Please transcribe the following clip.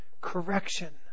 Correction